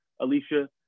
Alicia